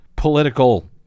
political